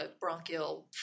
bronchial